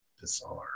bizarre